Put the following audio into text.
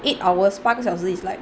eight hours 八个小时 is like